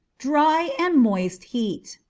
dry and moist heat.